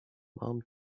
mom